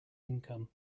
income